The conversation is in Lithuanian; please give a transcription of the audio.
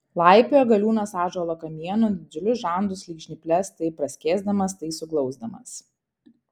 laipioja galiūnas ąžuolo kamienu didžiulius žandus lyg žnyples tai praskėsdamas tai suglausdamas